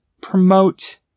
promote